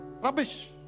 Rubbish